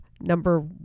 number